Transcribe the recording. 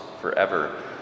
forever